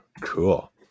Cool